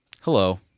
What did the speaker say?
Hello